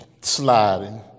sliding